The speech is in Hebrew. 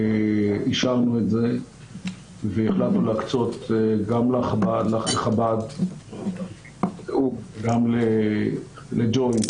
אישרנו את זה והחלטנו להקצות גם לחב"ד, גם לג'וינט